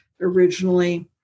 originally